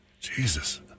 Jesus